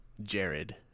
Jared